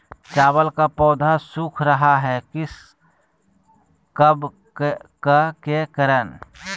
चावल का पौधा सुख रहा है किस कबक के करण?